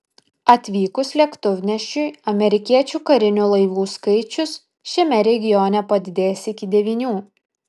atvykus lėktuvnešiui amerikiečių karinių laivų skaičius šiame regione padidės iki devynių